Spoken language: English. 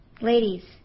Ladies